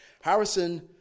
Harrison